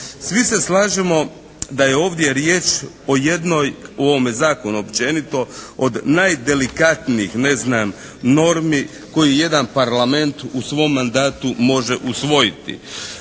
Svi se slažemo da je ovdje riječ o jednoj, u ovome Zakonu općenito, od najdelikatnijih ne znam normi koji jedan parlament u svom mandatu može usvojiti.